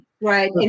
Right